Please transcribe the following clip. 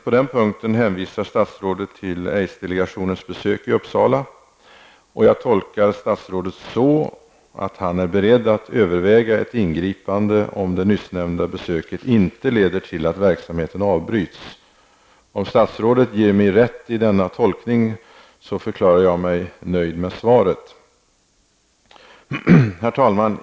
På den punkten hänvisar statsrådet till aids-delegationens besök i Uppsala. Jag tolkar statsrådet så, att han är beredd att överväga ett ingripande om det nyssnämnda besöket inte leder till att verksamheten avbryts. Om statsrådet ger mig rätt i denna tolkning, förklarar jag mig nöjd med svaret. Herr talman!